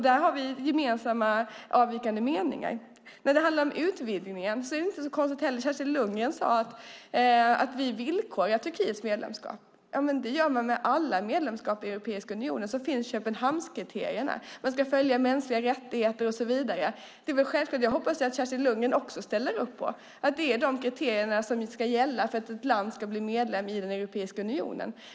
Där har vi gemensamma avvikande meningar. När det handlar om utvidgningen är det heller inte så konstigt. Kerstin Lundgren sade att vi villkorar Turkiets medlemskap - men det gör man med alla medlemskap i Europeiska unionen. Sedan finns Köpenhamnskriterierna. Man ska följa mänskliga rättigheter och så vidare. Det är väl självklart, och jag hoppas att även Kerstin Lundgren ställer upp på att det är de kriterierna som ska gälla för att ett land ska bli medlem i Europeiska unionen.